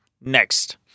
next